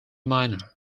minor